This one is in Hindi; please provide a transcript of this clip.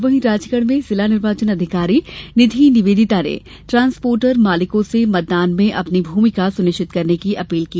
वहीं राजगढ़ में जिला निर्वाचन अधिकारी निधि निवेदिता ने ट्रांसपोर्टर मालिकों से मतदान में अपनी भूमिका सुनिश्चित करने की अपील की